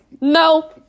No